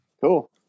Cool